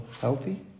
healthy